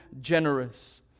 generous